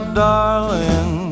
darling